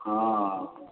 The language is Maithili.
हाँ